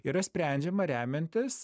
yra sprendžiama remiantis